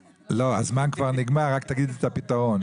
לא, הזמן כבר נגמר, רק תגידי את הפתרון.